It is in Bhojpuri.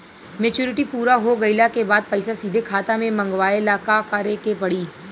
मेचूरिटि पूरा हो गइला के बाद पईसा सीधे खाता में मँगवाए ला का करे के पड़ी?